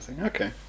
Okay